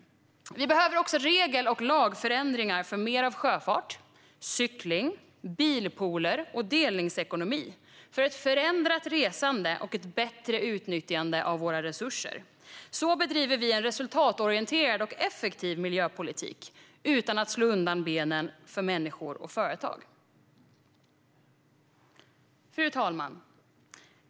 Vi behöver också regel och lagförändringar för mer av sjöfart, cykling, bilpooler och delningsekonomi för ett förändrat resande och ett bättre utnyttjande av våra resurser. Så bedriver vi en resultatorienterad och effektiv miljöpolitik utan att slå undan benen för människor och företag. Fru talman!